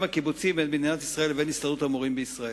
הקיבוצי בין מדינת ישראל לבין הסתדרות המורים בישראל.